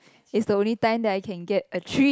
is the only time that I can get a treat